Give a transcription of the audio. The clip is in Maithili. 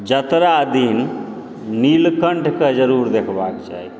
जतरा दिन नीलकण्ठकेँ जरुर देखबाक चाही